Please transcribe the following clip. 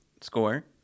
score